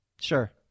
Sure